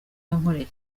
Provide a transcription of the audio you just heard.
yankoreye